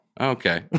Okay